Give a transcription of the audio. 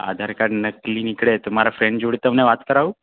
આધાર card નકલી નીકળે તો મારા ફ્રેન્ડ જોડે તમને વાત કરાવું